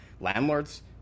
landlords